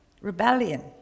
rebellion